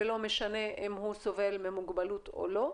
ולא משנה אם הוא סובל ממוגבלות או לא.